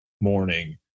morning